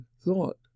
thought